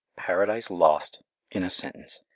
paradise lost in a sentence!